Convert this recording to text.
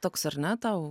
toks ar ne tau